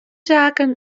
zaken